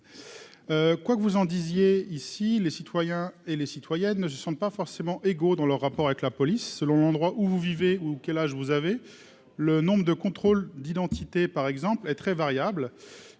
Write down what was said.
quoique vous en disiez, ici les citoyens et les citoyennes ne ne sont pas forcément égaux dans leurs rapports avec la police, selon l'endroit où vous vivez ou quel âge vous avez le nombre de contrôles d'identité par exemple est très variable,